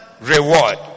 reward